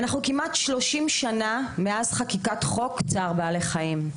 אנחנו כמעט שלושים שנה מאז חקיקת חוק צער בעלי חיים,